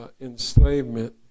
enslavement